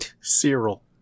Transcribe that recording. Cyril